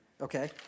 okay